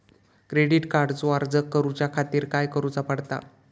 Credit कार्डचो अर्ज करुच्या खातीर काय करूचा पडता?